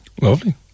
Lovely